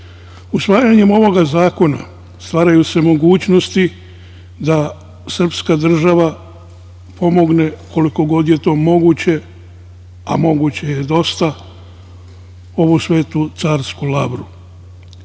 ostavio. Usvajanjem ovog zakona, stvaraju se mogućnosti da srpska država pomogne koliko god je to moguće, a moguće je dosta, ovu svetu carsku lavru.